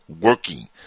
working